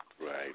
Right